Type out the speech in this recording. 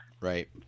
right